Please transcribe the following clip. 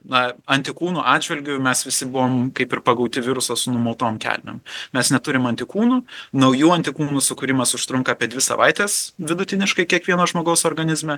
na antikūnų atžvilgiu mes visi buvom kaip ir pagauti viruso su numautom kelnėm mes neturim antikūnų naujų antikūnų sukūrimas užtrunka apie dvi savaites vidutiniškai kiekvieno žmogaus organizme